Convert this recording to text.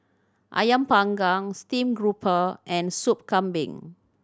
Ayam Panggang steamed grouper and Sup Kambing